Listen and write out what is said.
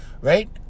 right